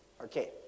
Okay